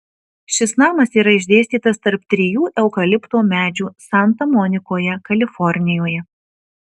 šis namas yra išdėstytas tarp trijų eukalipto medžių santa monikoje kalifornijoje